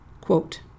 Quote